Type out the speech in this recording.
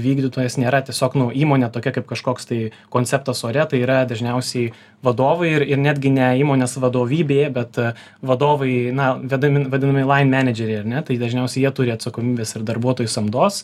vykdytojas nėra tiesiog nu įmonė tokia kaip kažkoks tai konceptas ore tai yra dažniausiai vadovai ir ir netgi ne įmonės vadovybė bet vadovai na vedami vadinami laimenėdžeriai ar ne tai dažniausiai jie turi atsakomybės ir darbuotojų samdos